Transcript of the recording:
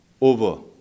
over